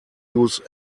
use